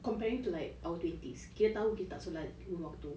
comparing to like our twenties kita tahu kita tak solat lima waktu